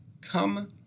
Come